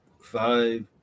five